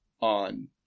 on